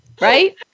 right